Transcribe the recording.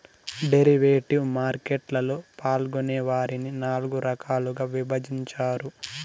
derivative market లలో పాల్గొనే వారిని నాల్గు రకాలుగా విభజించారు